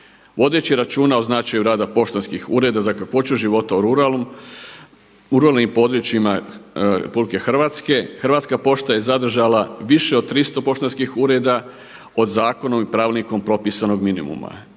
Vodeći računa o značaju rada poštanskih ureda za kakvoću života u ruralnim područjima Republike Hrvatske Hrvatska pošta je zadržala više od 300 poštanskih ureda od zakonom i pravilnikom propisanog minimuma.